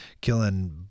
killing